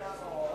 שיעזוב גם.